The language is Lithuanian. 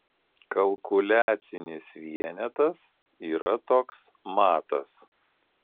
kalkuliacinis vienetas yra toks matas